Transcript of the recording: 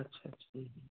আচ্ছা আচ্ছা